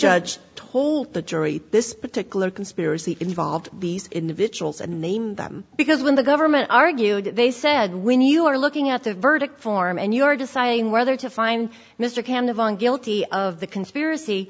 judge told the jury this particular conspiracy involved these individuals and named them because when the government argued they said when you are looking at the verdict form and you are deciding whether to find mr can live on guilty of the conspiracy